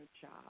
job